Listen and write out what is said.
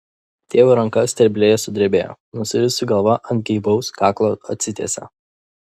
tėvo ranka sterblėje sudrebėjo nusvirusi galva ant geibaus kaklo atsitiesė